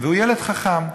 והוא ילד חכם.